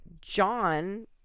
John